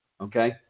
Okay